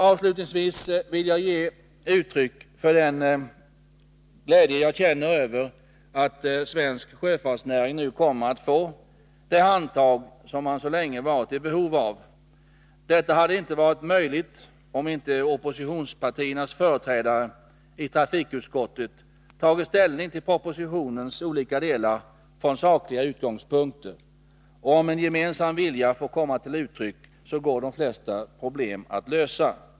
Avslutningsvis vill jag ge uttryck för den glädje jag känner över att svensk sjöfartsnäring nu kommer att få det handtag som man så länge varit i behov av. Detta hade inte varit möjligt om inte oppositionspartiernas företrädare i trafikutskottet tagit ställning till propositionens olika delar från sakliga utgångspunkter. Om en gemensam vilja får komma till uttryck går de flesta problem att lösa.